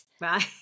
Right